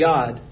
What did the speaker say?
God